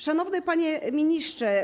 Szanowny Panie Ministrze!